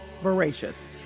Voracious